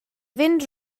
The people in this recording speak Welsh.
fynd